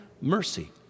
mercy